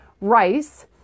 rice